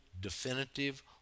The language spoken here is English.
definitive